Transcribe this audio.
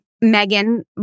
megan